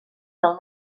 del